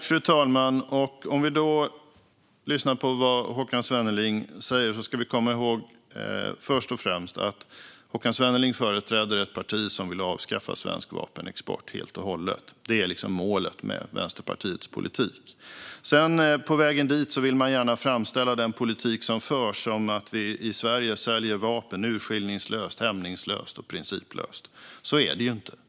Fru talman! Om vi lyssnar på vad Håkan Svenneling säger ska vi först och främst komma ihåg att Håkan Svenneling företräder ett parti som vill avskaffa svensk vapenexport helt och hållet. Det är liksom målet med Vänsterpartiets politik. På vägen dit vill man gärna framställa den politik som förs som att vi i Sverige säljer vapen urskillningslöst, hämningslöst och principlöst. Så är det inte.